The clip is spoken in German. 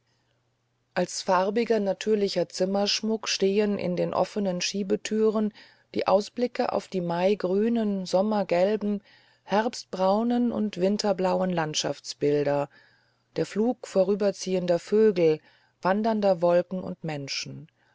als farbiger natürlicher zimmerschmuck stehen in den offenen schiebetüren die ausblicke auf die maigrünen sommergelben herbstbraunen und winterblauen landschaftsbilder der flug vorüberziehender vögel wandernde wolken und menschen